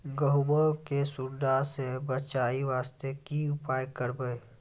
गहूम के सुंडा से बचाई वास्ते की उपाय करबै?